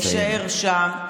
יישאר שם.